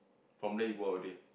from there you go up already